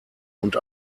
und